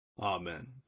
Amen